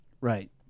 Right